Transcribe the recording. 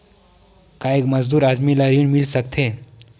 का एक मजदूर आदमी ल ऋण मिल सकथे?